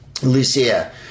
Lucia